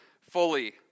fully